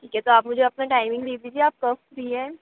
ठीक है तो आप मुझे अपना टैमिंग भेज दीजिए आप कब फ्री हैं